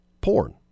porn